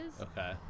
Okay